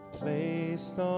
placed